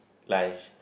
lunch